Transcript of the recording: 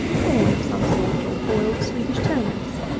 corn of some sort, or boiled swedish turnips.